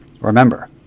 remember